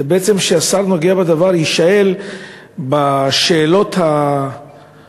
שבעצם השר הנוגע בדבר יישאל את השאלות הנוספות,